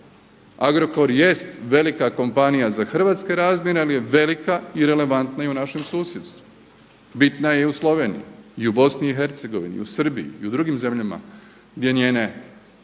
Agrokor jest velika kompanija za hrvatske razmjere ali je velika i relevantna i u našem susjedstvu. Bitna je i u Sloveniji i u BiH i u Srbiji i u drugim zemljama gdje društva